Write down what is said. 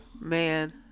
Man